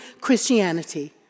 Christianity